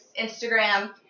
Instagram